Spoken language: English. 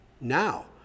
NOW